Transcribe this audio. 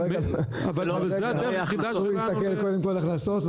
אבל זאת הדרך היחידה שלנו --- הוא יסתכל קודם על ההכנסות,